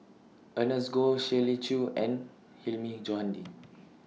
Ernest Goh Shirley Chew and Hilmi Johandi